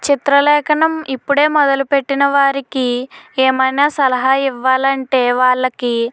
చిత్రలేఖనం ఇప్పుడే మొదలుపెట్టినవారికి ఏమైన సలహా ఇవ్వాలంటే వాళ్ళకి